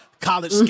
college